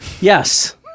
Yes